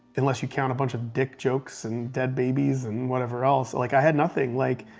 unless you count a bunch of dick jokes, and dead babies, and whatever else. like, i had nothing. like,